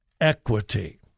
equity